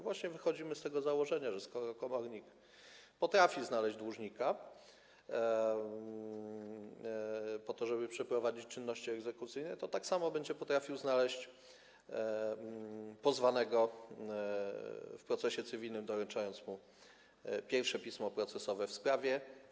Wychodzimy z tego założenia, że skoro komornik potrafi znaleźć dłużnika po to, żeby przeprowadzić czynności egzekucyjne, to tak samo będzie potrafił znaleźć pozwanego w procesie cywilnym i doręczyć mu pierwsze pismo procesowe w sprawie.